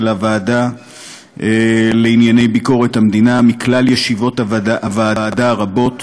הוועדה לענייני ביקורת המדינה מכלל ישיבות הוועדה הרבות,